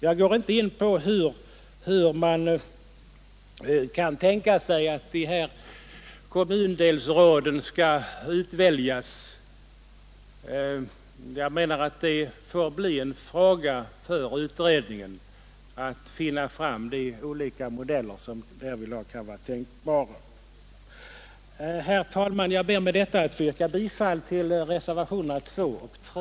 Jag går inte in på frågan hur man kan tänka sig att dessa kommundelsråd skall väljas; från vårt håll menar vi att det får bli en fråga för utredningen att finna de olika modeller som härvidlag kan vara tänkbara. Herr talman! Jag ber med detta att få yrka bifall till reservationerna 2 och 3.